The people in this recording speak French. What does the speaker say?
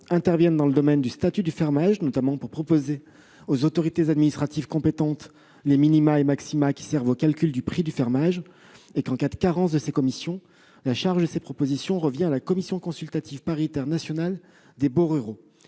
interviennent dans le domaine du statut du fermage, notamment pour proposer aux autorités administratives compétentes les minima et les maxima qui servent au calcul du prix du fermage. En cas de carence de ces commissions, la charge de formuler ces propositions revient à la Commission consultative paritaire nationale des baux ruraux.